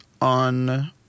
on